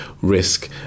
risk